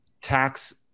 tax